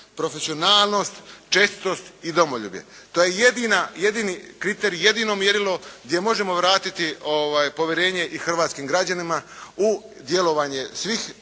profesionalnost, čestitost i domoljublje. To je jedini kriterij i jedino mjerilo gdje možemo vratiti povjerenje i hrvatskim građanima u djelovanje svih